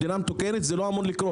במדינה מתוקנת זה לא אמור לקרות.